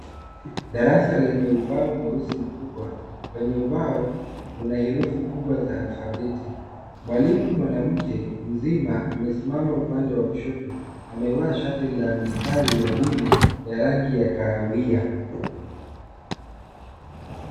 Darasa lenye ubao mweusi mkubwa. Kwenye ubao kuna herufi kubwa za alfabeti. Mwalimu mwanamke mzima amesimama upande wa kushoto. Amevaa shati la mistari ya wima ya rangi ya kahawia.